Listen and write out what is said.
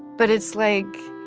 but it's like